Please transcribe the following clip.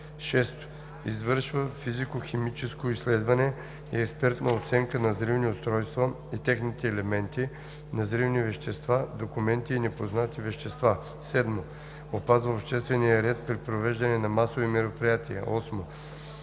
6. извършва физико-химическо изследване и експертна оценка на взривни устройства и техните елементи, на взривни вещества, документи и непознати вещества; 7. опазва обществения ред при провеждане на масови мероприятия; 8.